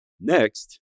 Next